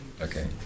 Okay